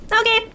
Okay